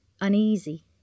Uneasy